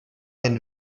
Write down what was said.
den